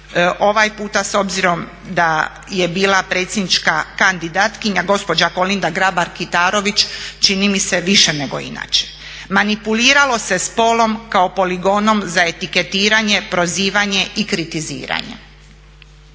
ovaj puta s obzirom da je bila predsjednička kandidatkinja gospođa Kolinda Grabar Kitarović, čini mi se više nego inače. Manipuliralo se spolom kao poligonom za etiketiranje, prozivanje i kritiziranje.